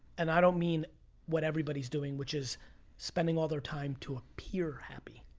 and i don't mean what everybody's doing, which is spending all their time to appear happy.